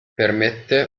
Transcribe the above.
permette